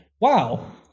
Wow